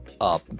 up